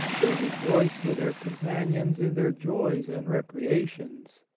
they rejoice with their companions in their joys and recreations,